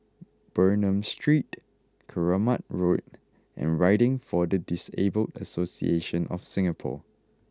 Bernam Street Keramat Road and Riding for the Disabled Association of Singapore